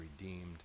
redeemed